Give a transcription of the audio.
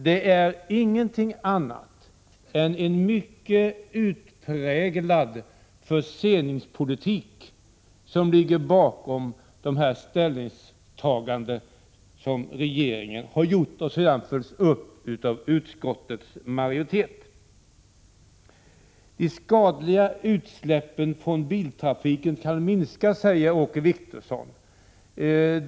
Det är ingenting annat än en mycket utpräglad förseningspolitik som ligger bakom dessa ställningstaganden från regeringen som sedan följs upp av utskottets majoritet. De skadliga utsläppen från biltrafiken kan minskas, säger Åke Wictorsson.